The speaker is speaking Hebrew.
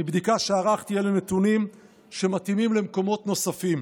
מבדיקה שערכתי אלו נתונים שמתאימים למקומות נוספים.